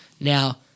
now